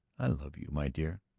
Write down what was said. i love you, my dear.